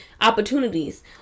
opportunities